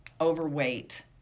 overweight